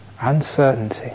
uncertainty